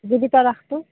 জীৱিত ৰাসটো